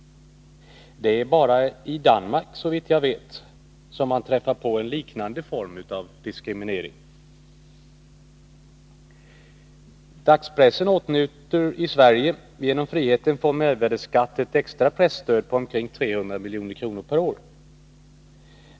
Det är, såvitt jag vet, bara i Danmark som man träffar på en liknande form av diskriminering. Dagspressen i Sverige åtnjuter genom friheten från mervärdeskatt ett extra presstöd på omkring 300 milj.kr. om året.